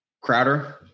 Crowder